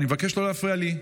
אני מבקש לא להפריע לי.